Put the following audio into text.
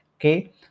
okay